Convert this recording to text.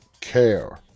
care